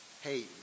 Hey